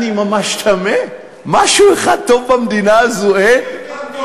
אני ממש תמה, משהו אחד טוב במדינה הזאת אין?